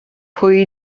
pwy